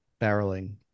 barreling